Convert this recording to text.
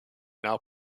now